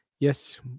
Yes